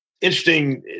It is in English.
Interesting